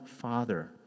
father